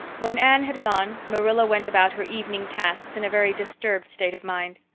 when anne had gone marilla went about her evening tasks in a very disturbed state of mind.